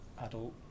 adult